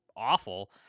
awful